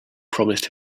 promised